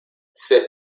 sept